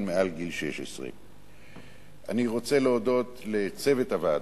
מעל גיל 16. אני רוצה להודות לצוות הוועדה,